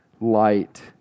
light